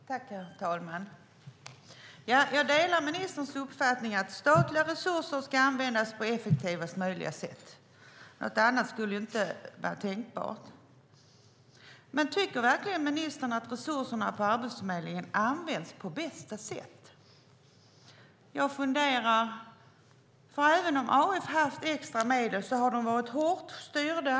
Herr talman! Jag delar ministerns uppfattning att statliga resurser ska användas på effektivast möjliga sätt. Något annat skulle inte vara tänkbart. Men tycker verkligen ministern att resurserna på Arbetsförmedlingen används på bästa sätt? Jag funderar. Även om AF har haft extra medel har de varit hårt styrda.